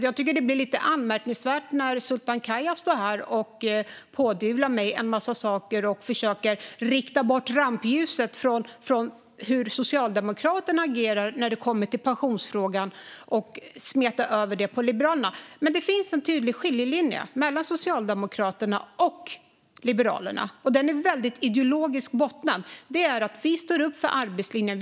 Jag tycker att det är anmärkningsvärt att Sultan Kayhan står här och pådyvlar mig en massa saker och försöker rikta bort strålkastarljuset från hur Socialdemokraterna agerar när det kommer till pensionsfrågan och smeta över det på Liberalerna. Det finns en tydlig skiljelinje mellan Socialdemokraterna och Liberalerna, och den bottnar i ideologi. Vi står upp för arbetslinjen.